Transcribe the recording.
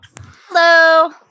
Hello